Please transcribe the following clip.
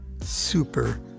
super